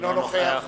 אינו נוכח